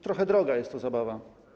Trochę droga jest to zabawa.